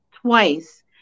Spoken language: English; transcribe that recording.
twice